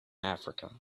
africa